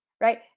right